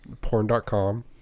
porn.com